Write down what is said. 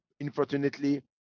unfortunately